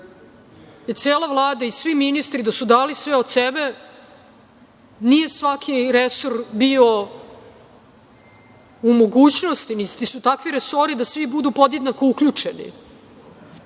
je cela Vlada i svi ministri, da su dali sve od sebe. Nije svaki resor bio u mogućnosti, niti su takvi resori da svi budu podjednako uključeni,